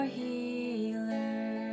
healer